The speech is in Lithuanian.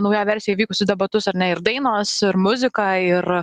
naujoj versijoj vykusius debatus ar ne ir dainos ir muzika ir